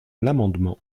l’amendement